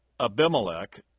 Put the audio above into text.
Abimelech